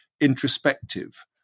introspective